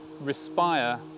respire